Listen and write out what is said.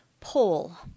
Poll